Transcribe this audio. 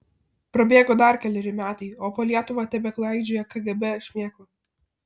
prabėgo dar keleri metai o po lietuvą tebeklaidžioja kgb šmėkla